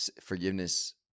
forgiveness